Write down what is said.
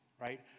right